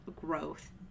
growth